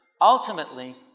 ultimately